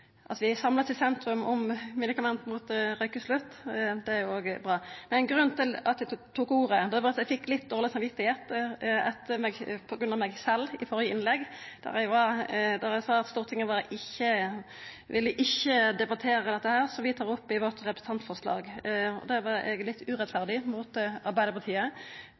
vi er samla i sentrum når det gjeld medikament mot røykeslutt, det er òg bra. Men grunnen til at eg tok ordet, var at eg fekk litt dårleg samvit på grunn av meg sjølv i det førre innlegget mitt, der eg sa at Stortinget ikkje ville debattera dette som vi tar opp i vårt representantforslag. Der var eg litt urettferdig mot Arbeidarpartiet,